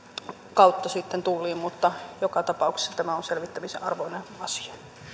kautta sitten tulliin mutta joka tapauksessa tämä on selvittämisen arvoinen asia